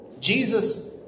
Jesus